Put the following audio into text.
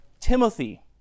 Timothy